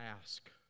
Ask